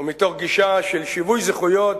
ומתוך גישה של שיווי זכויות,